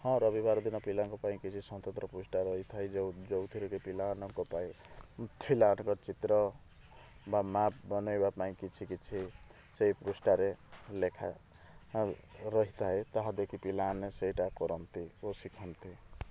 ହଁ ରବିବାର ଦିନ ପିଲାଙ୍କ ପାଇଁ କିଛି ସ୍ୱତନ୍ତ୍ର ପୃଷ୍ଠା ରହିଥାଏ ଯେଉଁଥିରେ କି ପିଲା ମାନଙ୍କ ପାଇଁ ଚିତ୍ର ବା ମାର୍କ ବନାଇବା ପାଇଁ କିଛି କିଛି ସେଇ ପୃଷ୍ଠାରେ ଲେଖା ରହିଥାଏ ତାହା ଦେଖି ପିଲାମାନେ ସେଇଟା କରନ୍ତି ଓ ଶିଖନ୍ତି